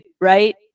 right